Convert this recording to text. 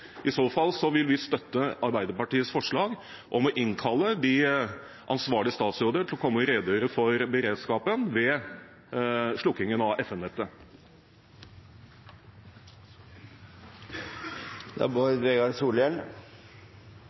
I så fall vil vi støtte Arbeiderpartiets forslag om å innkalle de ansvarlige statsråder til å komme og redegjøre for beredskapen ved slukkingen av